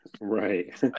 Right